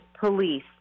police